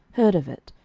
heard of it,